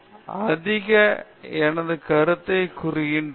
Jason அதில் என் கருத்தை கூறுகிறேன்